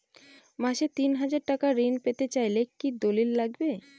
মাসে তিন হাজার টাকা ঋণ পেতে চাইলে কি দলিল লাগবে?